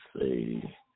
say